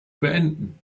beenden